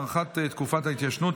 הארכת תקופת ההתיישנות),